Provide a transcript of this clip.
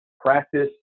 practice